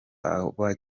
aba